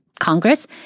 congress